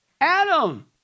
Adam